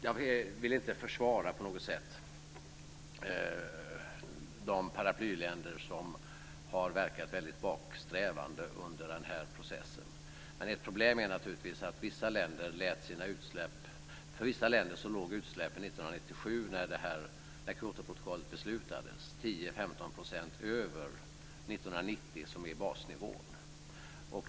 Jag vill inte på något sätt försvara de paraplyländer som har verkat väldigt bakåtsträvande under den här processen. Ett problem är naturligtvis att för vissa länder låg utsläppen 1997, när Kyotoprotokollet beslutades, 10-15 % över 1990, som är basnivån.